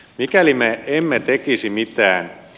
mikäli me emme tekisi mitä